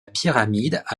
pyramide